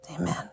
Amen